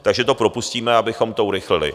Takže to propustíme, abychom to urychlili.